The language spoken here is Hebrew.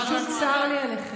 פשוט, צר לי עליכם.